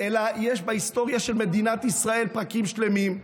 אלא יש בהיסטוריה של מדינת ישראל פרקים שלמים,